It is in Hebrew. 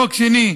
חוק שני,